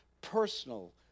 personal